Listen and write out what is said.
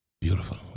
Beautiful